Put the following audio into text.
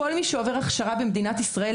כל מי שעובר הכשרה במדינת ישראל,